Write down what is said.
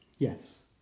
Yes